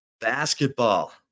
basketball